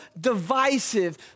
divisive